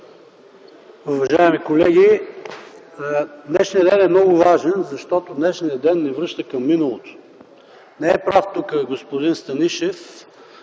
Уважаеми колеги, днешният ден е много важен, защото ни връща към миналото. Не е прав тук господин Станишев